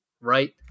right